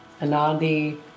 Anandi